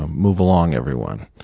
ah move along, everyone.